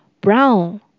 Brown